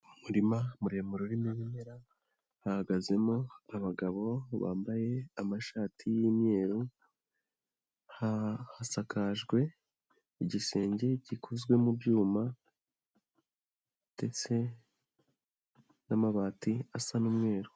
Umuririma muremure urimo ibimera, hahagazemo abagabo bambaye amashati y'imyeru, hasakajwe igisenge gikozwe mu byuma ndetse n'amabati asa n'umweru.